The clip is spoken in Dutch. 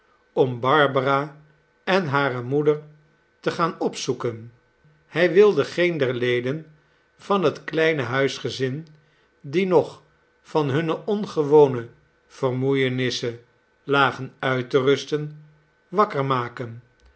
om barbara en hare moeder te gaan opzoeken hij wilde geen der leden van het kleine huisgezin die nog van hunrie ongewone vermoeienissen lagen uit te rusten wakker maken